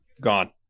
gone